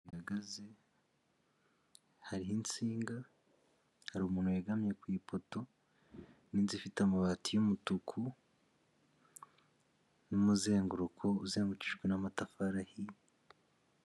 Abantu hagaze, hariho insinga hari umuntu yegamye ku ipoto, n'inzu ifite amabati y'umutuku, n'umuzenguruko uzengukijwe n'amatafari ahiye.